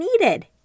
needed